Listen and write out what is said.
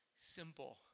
simple